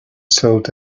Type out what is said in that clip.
sought